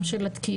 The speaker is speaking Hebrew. גם של התקינה,